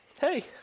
hey